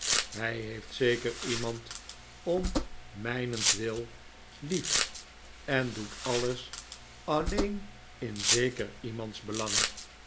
hij heeft zeker iemand om mijnentwil lief en doet alles alleen in zeker iemands belang